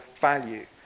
value